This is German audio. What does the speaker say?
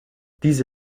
diese